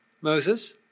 Moses